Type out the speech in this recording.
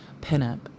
pinup